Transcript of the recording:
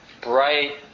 bright